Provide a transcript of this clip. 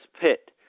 pit